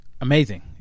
Amazing